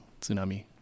Tsunami